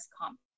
comp